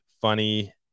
funny